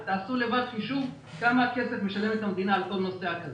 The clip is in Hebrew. תעשו לבד חישוב כמה כסף משלמת המדינה על כל נוסע כזה.